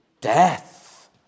Death